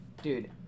Dude